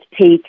take